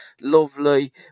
lovely